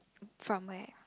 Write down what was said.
from where